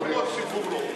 אפילו הציבור לא חושש.